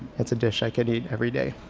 it's a dish i could eat every day.